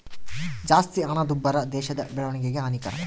ಜಾಸ್ತಿ ಹಣದುಬ್ಬರ ದೇಶದ ಬೆಳವಣಿಗೆಗೆ ಹಾನಿಕರ